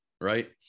right